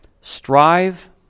strive